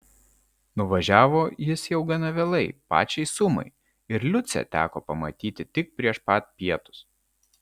nuvažiavo jis jau gana vėlai pačiai sumai ir liucę teko pamatyti tik prieš pat pietus